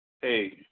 hey